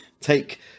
take